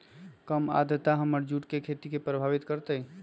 कम आद्रता हमर जुट के खेती के प्रभावित कारतै?